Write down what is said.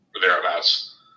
thereabouts